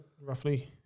roughly